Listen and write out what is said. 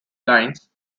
lines